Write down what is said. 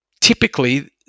typically